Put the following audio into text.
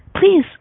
Please